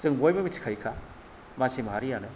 जों बयबो मोनथिखायोखा मानसि माहारिआनो